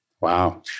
Wow